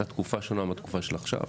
הייתה תקופה שונה מהתקופה של עכשיו.